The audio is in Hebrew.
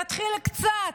להתחיל קצת,